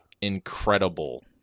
incredible